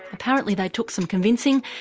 apparently they took some convincing,